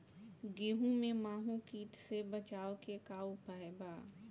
गेहूँ में माहुं किट से बचाव के का उपाय बा?